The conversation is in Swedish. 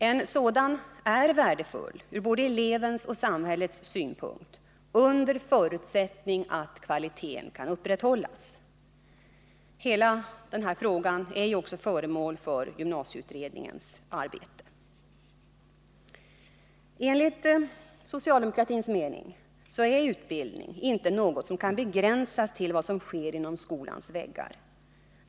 En företagsförlagd utbildning är värdefull ur både elevens och samhällets synpunkt under förutsättning att kvaliteten kan upprätthållas. Hela denna fråga är också föremål för gymnasieutredningens arbete. Enligt socialdemokratins mening är utbildning inte något som kan begränsas till vad som sker inom skolans väggar.